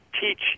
teach